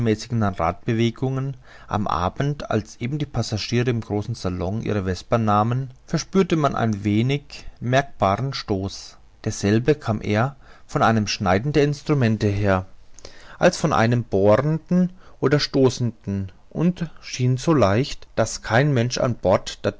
radbewegung am abend als eben die passagiere im großen salon ihr vesper nahmen verspürte man einen wenig merkbaren stoß derselbe kam eher von einem schneiden den instrument her als von einem bohrenden oder stoßenden und schien so leicht daß kein mensch an bord